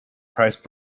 price